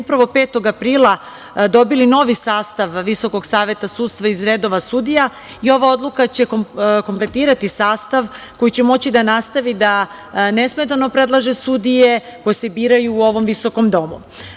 upravo 5. aprila dobili novi sastav Visokog saveta sudstva iz redova sudija i ova odluka će kompletirati sastav koji će moći da nastavi da nesmetano predlaže sudije koji se biraju u ovom visokom Domu.Za